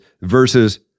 versus